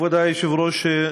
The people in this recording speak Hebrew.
כבוד היושב-ראש,